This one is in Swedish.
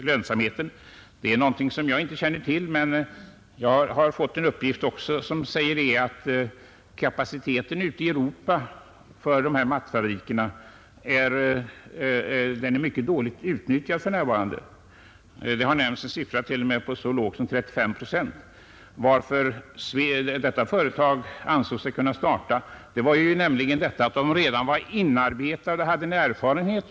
Lönsamheten känner jag inte till, men jag har fått uppgift om att mattfabrikerna i Europa för närvarande utnyttjar sin kapacitet mycket dåligt. Den siffra som nämnts är så låg som 35 procent. Orsaken till att Sylvans ansåg sig kunna starta mattillverkning var ju att företaget var inarbetat och hade en marknad.